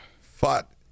fought